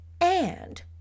And